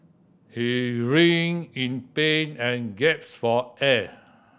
he writhed in pain and gaps for air